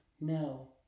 No